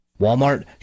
Walmart